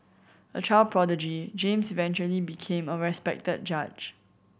a child prodigy James eventually became a respected judge